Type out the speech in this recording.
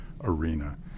arena